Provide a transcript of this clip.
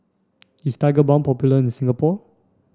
is Tigerbalm popular in Singapore